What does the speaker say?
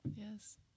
yes